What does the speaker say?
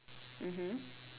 mmhmm